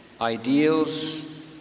ideals